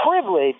privilege